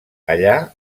allà